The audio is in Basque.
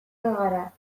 bagara